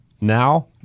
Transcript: Now